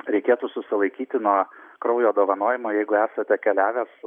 reikėtų susilaikyti nuo kraujo dovanojimo jeigu esate keliavęs